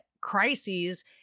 crises